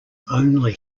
only